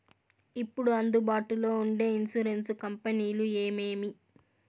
ఇప్పుడు అందుబాటులో ఉండే ఇన్సూరెన్సు కంపెనీలు ఏమేమి?